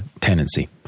tendency